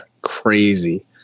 crazy